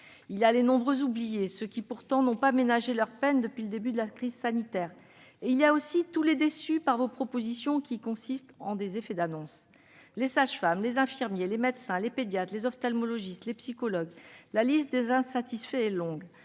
Il y a les nombreux oubliés, qui, pourtant, n'ont pas ménagé leur peine depuis le début de la crise sanitaire ! Et il y a aussi tous les déçus de vos propositions, qui consistent en des effets d'annonce. Les sages-femmes, les infirmiers, les médecins, les pédiatres, les ophtalmologistes, les psychologues : la liste des insatisfaits est longue.